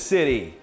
City